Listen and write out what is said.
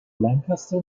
lancaster